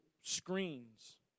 screens